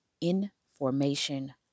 information